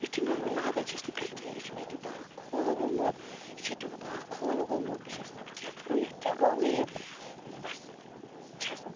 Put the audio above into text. یُتھٕے مےٚ لاگان چھیٚس نا بہٕ یتھٕے یہِ چھُ مےٚ تیٛوٗتاہ کھوٚل گوٚمُت یہِ چھُ تیٛوٗتاہ اَکھ کھوٚل گوٚمُت بہٕ چھیٚس وَنان بہٕ کیٛاہ کَرٕ وۄنۍ ییٚتھ کیٛاہ گوٚو مےٚ یہِ بَس چھیٚس